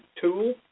tool